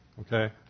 Okay